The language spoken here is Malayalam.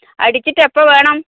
അടിച്ചിട്ട് എപ്പോൾ വേണം